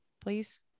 please